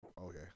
Okay